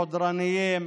חודרניים.